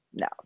no